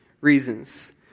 reasons